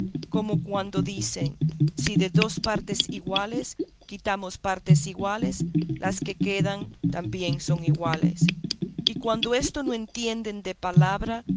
como cuando dicen si de dos partes iguales quitamos partes iguales las que quedan también son iguales y cuando esto no entiendan de palabra